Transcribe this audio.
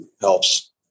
helps